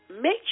make